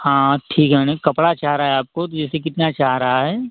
हाँ ठीक है माने कपड़ा चाह रहा है आपको तो जैसे कितना चाह रहा है